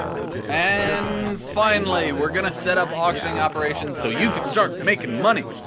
and finally, we're going to set up auctioning operations so you can start making money.